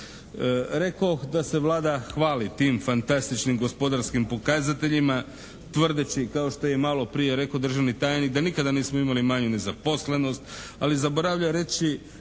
Rekoh da se Vlada hvali tim fantastičnim gospodarskim pokazateljima, tvrdeći kao što je i maloprije rekao državni tajnik da nikada nismo imali manju nezaposlenost, ali zaboravlja reći